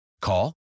Call